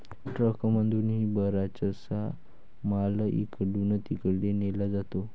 ट्रकमधूनही बराचसा माल इकडून तिकडे नेला जातो